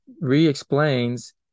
re-explains